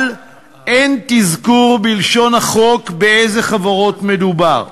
אבל אין אזכור בלשון החוק באילו חברות מדובר.